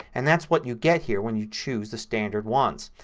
and that's what you get here when you choose the standard ones.